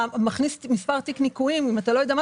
אתה מכניס מספר תיק ניכויים ואם אתה לא יודע מה